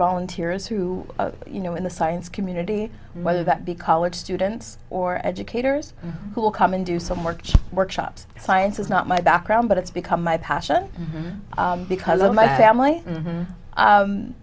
volunteers who you know in the science community whether that be college students or educators who will come and do some work workshops science is not my background but it's become my passion because of my family